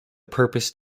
proposed